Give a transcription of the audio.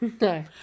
No